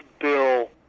Bill